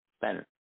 better